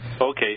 Okay